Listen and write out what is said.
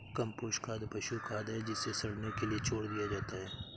compost खाद पशु खाद है जिसे सड़ने के लिए छोड़ दिया जाता है